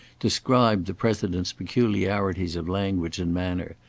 described the president's peculiarities of language and manner,